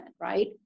right